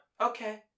okay